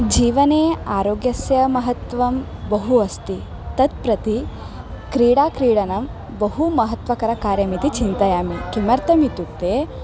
जीवने आरोग्यस्य महत्वं बहु अस्ति तत् प्रति क्रीडाक्रीडनं बहु महत्त्वकरकार्यमिति चिन्तयामि किमर्थम् इत्युक्ते